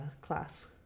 class